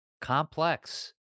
complex